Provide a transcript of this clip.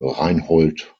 reinhold